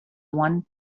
one